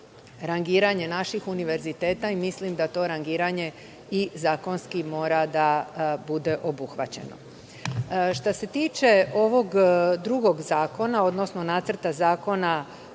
rangiranje naših univerziteta. Mislim da to rangiranje i zakonski mora da bude obuhvaćeno. Što se tiče ovog drugog zakona, odnosno Nacrta zakona